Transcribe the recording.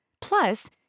Plus